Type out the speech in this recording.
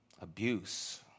abuse